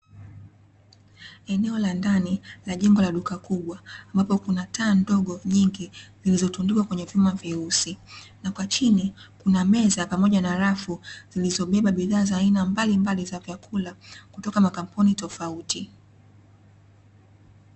Eneo la ndani la jengo la duka kubwa ambapo kuna taa ndogo nyingi zilizotundikwa kwenye vyuma vyeusi, na kwa chini kuna meza, pamoja na rafu zilizobeba bidhaa za aina mbalimbali za vyakula kutoka makampuni tofauti.